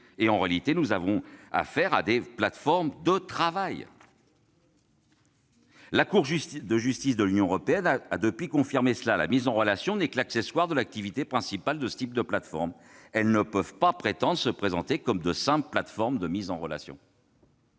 En réalité, nous avons bien affaire à des plateformes de travail. La Cour de justice de l'Union européenne a d'ailleurs, depuis lors, confirmé cette analyse : la mise en relation n'est que l'accessoire de l'activité principale de ce type de plateformes, qui ne peuvent prétendre se présenter comme de simples plateformes de mise en relation.